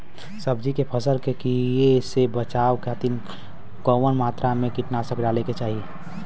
सब्जी के फसल के कियेसे बचाव खातिन कवन मात्रा में कीटनाशक डाले के चाही?